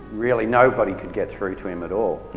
really nobody could get through to him at all,